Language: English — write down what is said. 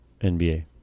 NBA